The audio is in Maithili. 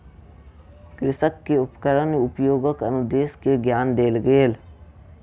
कृषक के उपकरण उपयोगक अनुदेश के ज्ञान देल गेल